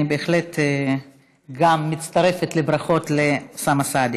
גם אני בהחלט מצטרפת לברכות לאוסאמה סעדי.